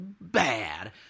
bad